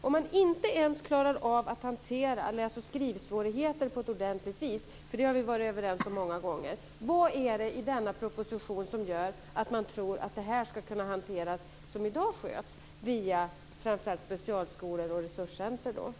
Om de inte ens klarar att hantera läs och skrivsvårigheter på ett ordentligt vis - vilket vi har varit överens om många gånger - vad är det i denna proposition som gör att man tror att det som i dag sköts via framför allt specialskolor och resurscentrum ska kunna hanteras?